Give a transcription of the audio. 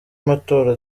amatora